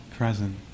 present